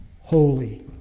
holy